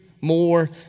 more